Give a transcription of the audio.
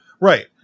right